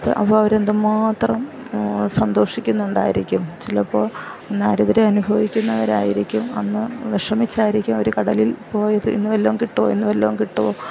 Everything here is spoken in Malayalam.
അപ്പോൾ അവർ എന്തു മാത്രം സന്തോഷിക്കുന്നുണ്ടായിരിക്കും ചിലപ്പോൾ ഇവർ അനുഭവിക്കുന്നവരായിരിക്കും അന്ന് വിഷമിച്ചായിരിക്കും അവർ കടലിൽ പോയത് ഇന്ന് വല്ലതുമ്ന് കിട്ടുമോ ഇന്ന് വല്ലതും കിട്ടുമോ